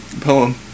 Poem